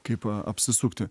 kaip apsisukti